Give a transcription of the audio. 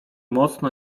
mocno